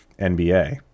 NBA